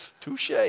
touche